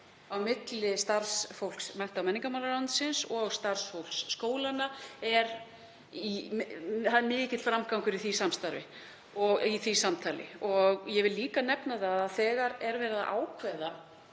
á milli starfsfólks mennta- og menningarmálaráðuneytisins og starfsfólks skólanna og mikill framgangur í því samtali. Ég vil líka nefna að þegar verið er að ákveða